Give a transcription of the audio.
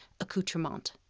accoutrement